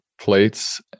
plates